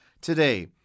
today